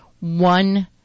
one